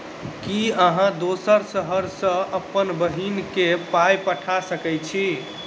की अहाँ दोसर शहर सँ अप्पन बहिन केँ पाई पठा सकैत छी?